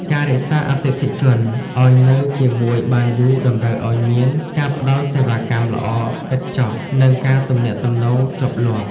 ការ រក្សាអតិថិជន ឱ្យនៅជាមួយបានយូរតម្រូវឱ្យមានការផ្តល់សេវាកម្មល្អឥតខ្ចោះ និងការទំនាក់ទំនងជាប់លាប់។